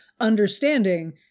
understanding